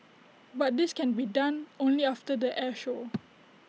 but this can be done only after the air show